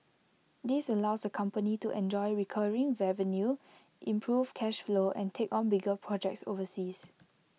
this allows the company to enjoy recurring revenue improve cash flow and take on bigger projects overseas